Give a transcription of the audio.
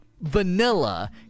vanilla